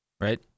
Right